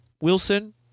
Wilson